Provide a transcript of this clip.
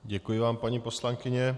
Děkuji vám, paní poslankyně.